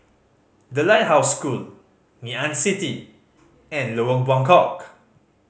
The Lighthouse School Ngee Ann City and Lorong Buangkok